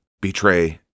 betray